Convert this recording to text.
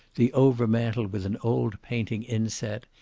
the over-mantel with an old painting inset,